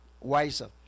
wiser